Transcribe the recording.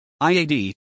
IAD